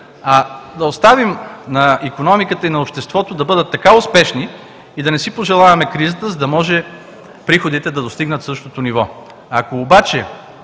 а да оставим на икономиката и на обществото да бъдат така успешни и да не си пожелаваме кризата, за да може приходите да достигнат същото ниво. Ако обаче